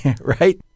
Right